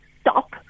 stop